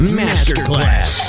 masterclass